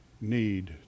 need